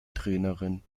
trainerin